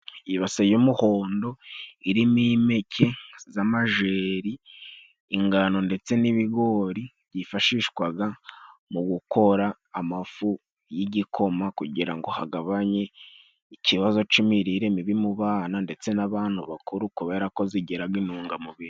Ibase y'umuhondo irimo impeke z'amajeri, ingano ndetse n'ibigori, byifashishwaga mu gukora amafu y'igikoma kugira ngo hagabanye ikibazo cy'imirire mibi mu bana, ndetse n'abantu bakuru kubera ko zigiraga intungamubiri.